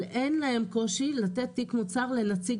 אבל אין להם קושי לתת תיק מוצר לנציג